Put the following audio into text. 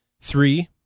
Three